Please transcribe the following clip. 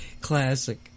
classic